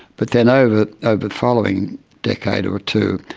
but then over the following decade or two,